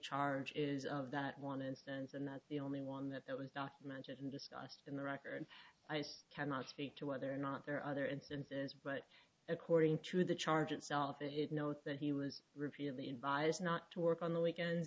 charge is of that one instance and that the only one that was documented and discussed in the record i just cannot speak to whether or not there are other instances but according to the charge itself it is note that he was repeatedly advised not to work on the weekend